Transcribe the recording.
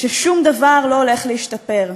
ששום דבר לא הולך להשתפר,